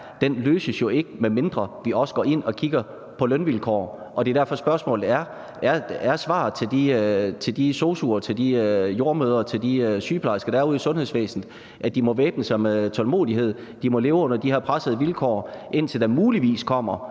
Den løses jo ikke, medmindre vi også går ind og kigger på lønvilkår, og det er derfor, spørgsmålet er: Er svaret til de sosu'er og til de jordemødre og til de sygeplejersker, der er ude i sundhedsvæsenet, at de må væbne sig med tålmodighed, at de må leve under de her pressede vilkår, indtil der muligvis kommer